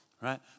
right